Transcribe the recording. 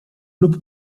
lub